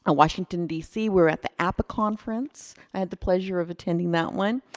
and washington dc we're at the appa conference. i had the pleasure of attending that one.